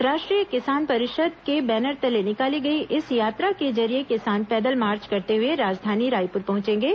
राष्ट्रीय किसान परिषद के बैनर तले निकाली गई इस यात्रा के जरिये किसान पैदल मार्च करते हुए राजधानी रायपुर पहुंचेंगे